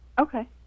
Okay